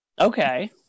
Okay